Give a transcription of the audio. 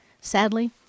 Sadly